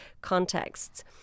contexts